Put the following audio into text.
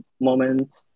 moment